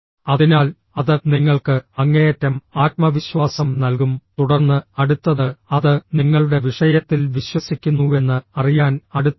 അതിനാൽ അത് നിങ്ങൾക്ക് അങ്ങേയറ്റം ആത്മവിശ്വാസം നൽകും തുടർന്ന് അടുത്തത് അത് നിങ്ങളുടെ വിഷയത്തിൽ വിശ്വസിക്കുന്നുവെന്ന് അറിയാൻ അടുത്താണ്